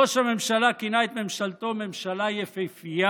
ראש הממשלה כינה את ממשלתו ממשלה יפהפייה,